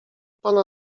pana